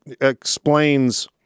explains